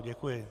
Děkuji.